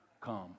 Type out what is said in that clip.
Come